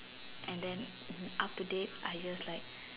and then up to date I just like